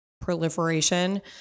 proliferation